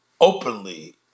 openly